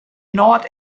not